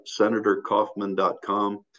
senatorkaufman.com